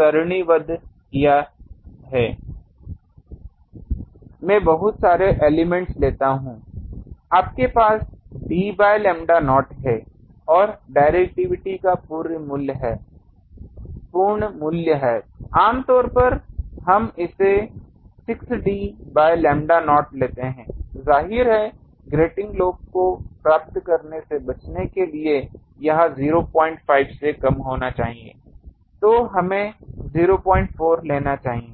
और मान लीजिए कि मैं बहुत सारे एलिमेंट्स लेता हूं आपके पास d बाय लैम्ब्डा नॉट है और डिरेक्टिविटी का पूर्ण मूल्य क्या है आम तौर पर हम इसे 6 d बाय लैम्ब्डा नॉट लेते हैं जाहिर है ग्रेटिंग लोब को प्राप्त करने से बचने के लिए यह 05 से कम होना चाहिए तो हमें 04 लेना चाहिए